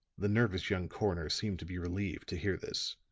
the nervous young coroner seemed to be relieved to hear this.